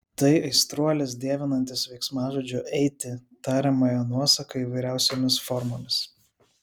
tai aistruolis dievinantis veiksmažodžio eiti tariamąją nuosaką įvairiausiomis formomis